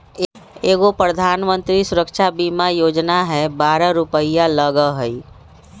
एगो प्रधानमंत्री सुरक्षा बीमा योजना है बारह रु लगहई?